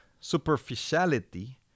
superficiality